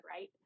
right